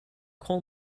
coal